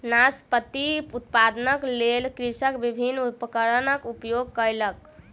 नाशपाती उत्पादनक लेल कृषक विभिन्न उपकरणक उपयोग कयलक